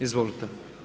Izvolite.